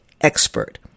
expert